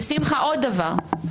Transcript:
שמחה, עוד דבר.